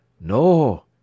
No